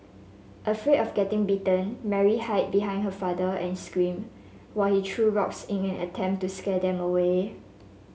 afraid of getting bitten Mary hid behind her father and screamed while he threw rocks in an attempt to scare them away